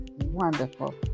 wonderful